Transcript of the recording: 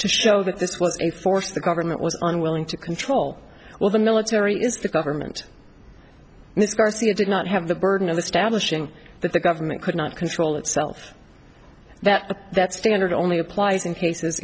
to show that this was a force the government was unwilling to control well the military is the government and its garcia did not have the burden of establishing that the government could not control itself that that standard only applies in cases